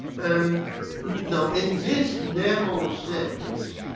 and now in this narrow sense,